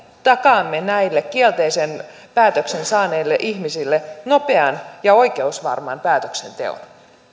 takaamme näille kielteisen päätöksen saaneille ihmisille nopean ja oikeusvarman päätöksenteon